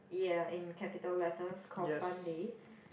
ya in capital letters called Fun Day